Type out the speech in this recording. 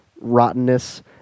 rottenness